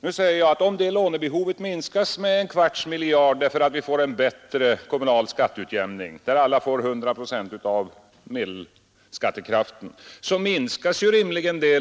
Då säger jag att om vi får en bättre kommunal skatteutjämning, där alla får 100 procent av medelskattekraften, så minskas